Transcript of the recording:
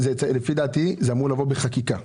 לפי דעתי זה אמור לבוא בחקיקה.